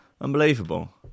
Unbelievable